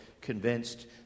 convinced